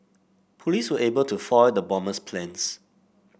police were able to foil the bomber's plans